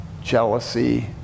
jealousy